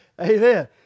Amen